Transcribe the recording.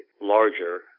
larger